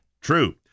True